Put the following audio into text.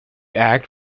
act